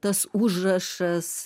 tas užrašas